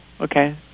Okay